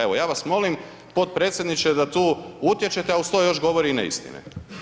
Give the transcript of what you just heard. Evo ja vas molim potpredsjedniče da tu utječete a uz to još govori i ne istine.